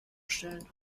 stillen